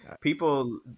People